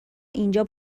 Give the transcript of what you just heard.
اینجا